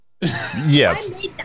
Yes